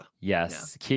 yes